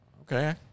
Okay